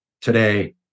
today